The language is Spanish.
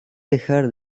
dejar